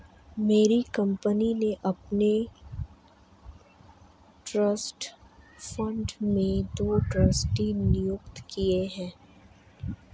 मेरी कंपनी ने अपने ट्रस्ट फण्ड में दो ट्रस्टी नियुक्त किये है